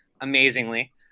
amazingly